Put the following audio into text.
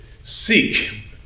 seek